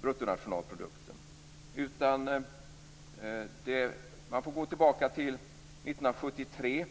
bruttonationalprodukten, om man inte går tillbaka till 1973.